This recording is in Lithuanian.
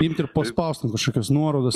imt ir paspaust ant kažkokios nuorodos